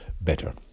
better